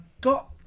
got